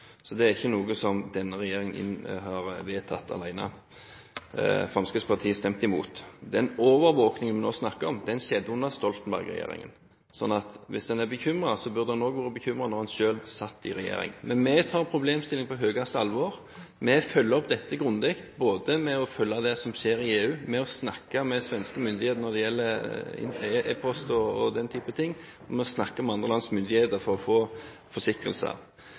Så det er ikke noe som denne regjeringen har vedtatt alene. Fremskrittspartiet stemte imot. Den overvåkningen vi nå snakker om, skjedde under Stoltenberg-regjeringen, så hvis en er bekymret, burde en også vært bekymret da en selv satt i regjering. Men vi tar problemstillingen på høyeste alvor. Vi følger opp dette grundig – ved å følge det som skjer i EU, ved å snakke med svenske myndigheter når det gjelder e-poster og den type ting og ved å snakke med andre lands myndigheter for å få